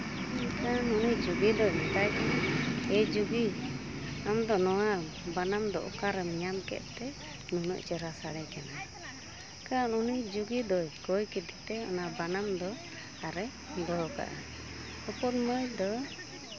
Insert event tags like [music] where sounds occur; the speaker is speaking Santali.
[unintelligible] ᱡᱩᱜᱤ ᱫᱚ ᱢᱮᱛᱟᱭ ᱠᱟᱱᱟ ᱮᱼᱡᱩᱜᱤ ᱟᱢ ᱫᱚ ᱱᱟᱣᱟ ᱵᱟᱱᱟᱢ ᱫᱚ ᱟᱠ ᱚᱠᱟᱨᱮᱢ ᱵᱮᱱᱟ ᱧᱟᱢ ᱠᱮᱫᱼᱛᱮ ᱱᱩᱱᱟᱹᱜ ᱪᱮᱦᱨᱟ ᱥᱟᱲᱮ ᱠᱟᱱᱟ ᱚᱱᱠᱟ ᱩᱱᱤ ᱡᱩᱜᱤ ᱫᱚ ᱠᱚᱭ ᱠᱷᱟᱹᱛᱤᱨ ᱛᱚ ᱚᱱᱟ ᱵᱟᱱᱟᱢ ᱫᱚ ᱟᱨᱮᱭ ᱫᱚᱦᱚ ᱠᱟᱫᱼᱟ ᱦᱚᱯᱚᱱ ᱢᱟᱹᱭ ᱫᱚ